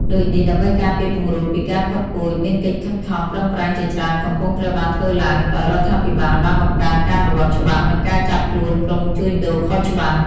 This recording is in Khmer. ដូចនេះដើម្បីការពារពង្រូលពីការផុតពូជ មានកិច្ចខិតខំប្រឹងប្រែងជាច្រើនកំពុងត្រូវបានធ្វើឡើង ដោយរដ្ឋាភិបាលបានបង្កើន ការអនុវត្តច្បាប់ និងការចាប់ខ្លួនក្រុមជួញដូរខុសច្បាប់។